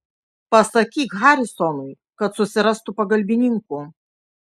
pasakyk harisonui kad susirastų pagalbininkų